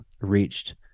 reached